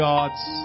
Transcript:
God's